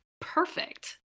perfect